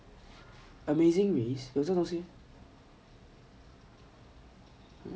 amazing race 有这种东西